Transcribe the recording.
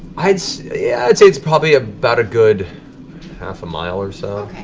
i'd so yeah i'd say it's probably about a good half a mile or so.